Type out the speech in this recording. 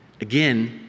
Again